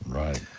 right.